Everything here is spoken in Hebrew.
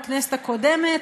בכנסת הקודמת,